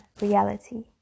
reality